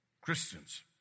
Christians